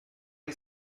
que